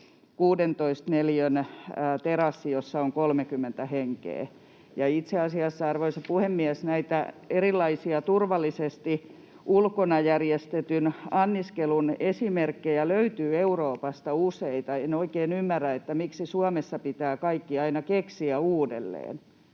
16 neliön terassi, jossa on 30 henkeä. Ja itse asiassa, arvoisa puhemies, näitä erilaisia turvallisesti ulkona järjestetyn anniskelun esimerkkejä löytyy Euroopasta useita. En oikein ymmärrä, miksi Suomessa pitää kaikki aina keksiä uudelleen.